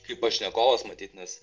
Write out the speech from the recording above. kaip pašnekovas matyt nes